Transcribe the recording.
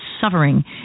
suffering